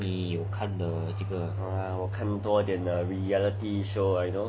我看多一点的 reality show ah you know